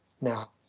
now